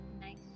nice